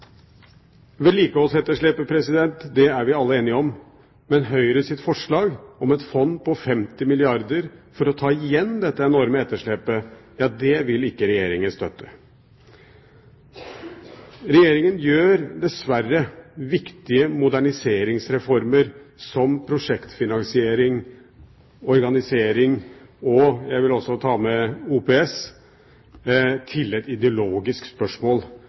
Vedlikeholdsetterslepet er vi alle enige om, men Høyres forslag om et fond på 50 milliarder kr for å ta igjen dette enorme etterslepet vil ikke Regjeringen støtte. Regjeringen gjør dessverre viktige moderniseringsreformer som prosjektfinansiering, organisering og – jeg vil også ta med – OPS til et ideologisk spørsmål.